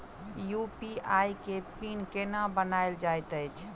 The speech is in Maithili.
यु.पी.आई केँ पिन केना बनायल जाइत अछि